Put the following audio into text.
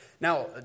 Now